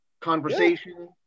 conversation